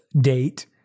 date